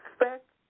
expect